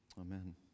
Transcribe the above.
Amen